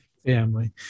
family